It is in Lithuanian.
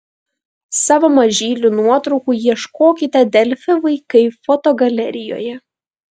savo mažylių nuotraukų ieškokite delfi vaikai fotogalerijoje